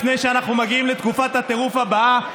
לפני שאנחנו מגיעים לתקופת הטירוף הבאה.